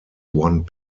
one